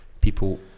people